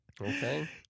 okay